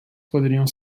poderiam